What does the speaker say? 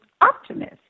optimist